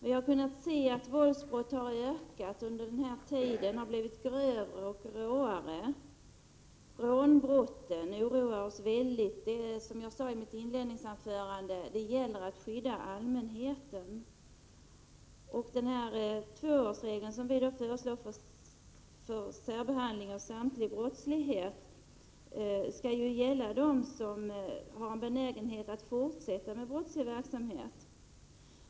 Vi har kunnat se att våldsbrotten har ökat under den här tiden. De har blivit grövre och råare. Rånbrotten oroar oss mycket. Som jag sade i mitt inledningsanförande gäller det att skydda allmänheten. Den tvåårsregel som vi föreslår för särbehandling vid all brottslighet skall gälla dem som har en benägenhet att fortsätta med brottslig verksamhet.